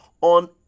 on